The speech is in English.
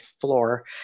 floor